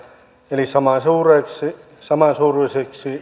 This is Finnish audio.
eli samansuuruiseksi samansuuruiseksi